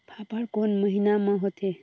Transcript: फाफण कोन महीना म होथे?